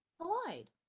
collide